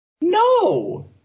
No